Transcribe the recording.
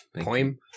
Poem